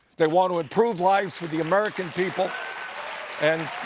they want to improve lives for the american people and,